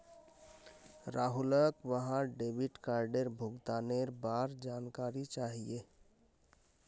राहुलक वहार डेबिट कार्डेर भुगतानेर बार जानकारी चाहिए